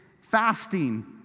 fasting